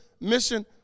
mission